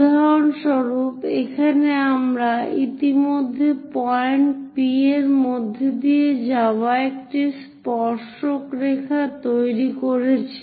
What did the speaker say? উদাহরণস্বরূপ এখানে আমরা ইতিমধ্যে পয়েন্ট P এর মধ্য দিয়ে যাওয়া একটি স্পর্শক রেখা তৈরি করেছি